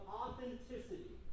authenticity